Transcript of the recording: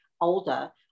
older